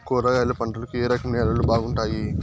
కూరగాయల పంటలకు ఏ రకం నేలలు బాగుంటాయి?